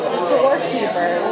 storekeeper